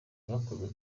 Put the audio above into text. bwakozwe